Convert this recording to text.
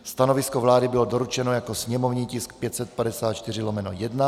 Stanovisko vlády bylo doručeno jako sněmovní tisk 554/1.